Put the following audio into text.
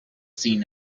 seen